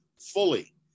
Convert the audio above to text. fully